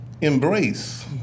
embrace